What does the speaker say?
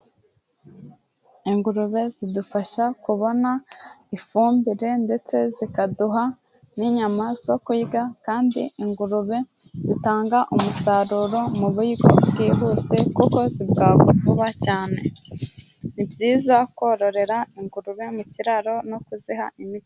Ingurube zidufasha kubona ifumbire, ndetse zikaduha n'inyama zo kurya, kandi ingurube zitanga umusaruro mu buryo bwihuse, kuko zibwagura vuba cyane, ni byiza kororera ingurube mu kiraro no kuziha imiti.